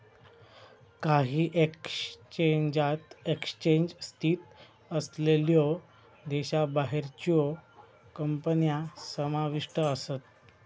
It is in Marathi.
काही एक्सचेंजात एक्सचेंज स्थित असलेल्यो देशाबाहेरच्यो कंपन्या समाविष्ट आसत